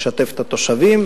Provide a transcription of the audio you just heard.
לשתף את התושבים,